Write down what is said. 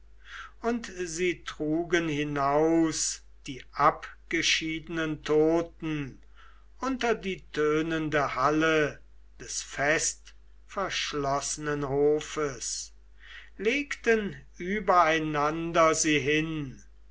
und sie trugen hinaus die abgeschiedenen toten unter die tönende halle des festverschlossenen hofes legten übereinander sie hin